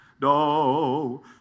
No